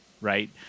right